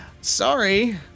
Sorry